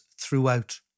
throughout